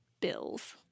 bills